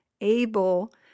able